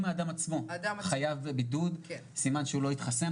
אם האדם עצמו חייב בידוד, סימן שהוא לא התחסן.